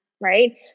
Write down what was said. Right